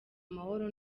mahoro